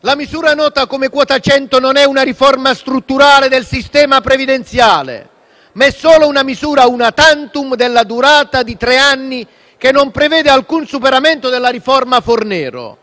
La misura nota come quota 100 non è una riforma strutturale del sistema previdenziale, ma è solo una misura *una tantum* della durata di tre anni, che non prevede alcun superamento della riforma Fornero: